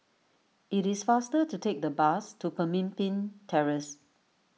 it is faster to take the bus to Pemimpin Terrace